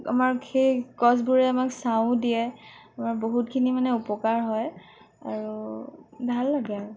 আমাক সেই গছবোৰে আমাক ছাঁও দিয়ে আমাৰ বহুতখিনি মানে উপকাৰ হয় আৰু ভাল লাগে আৰু